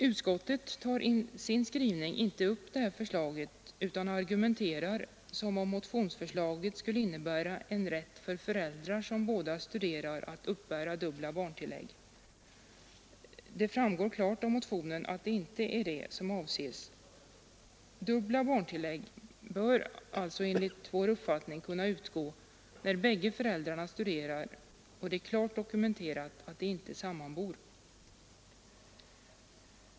Utskottet tar i sin skrivning inte upp detta förslag utan argumenterar som om motionsförslaget skulle innebära en rätt för föräldrar som båda studerar att uppbära dubbla barntillägg. Det framgår klart av motionen att det inte är det som avses. Dubbla barntillägg bör således enligt vår uppfattning kunna utgå när bägge föräldrarna studerar och det är klart dokumenterat att de inte sammanbor.